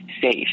Safe